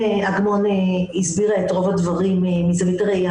אני לא צריכה לספר לחברי הכנסת הנכבדים ולקהל מה הייתה